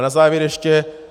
Na závěr ještě.